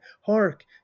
hark